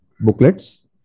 booklets